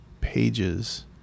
pages